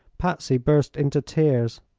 patsy burst into tears.